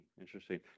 interesting